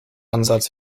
ansatz